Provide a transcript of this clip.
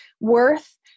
worth